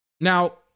Now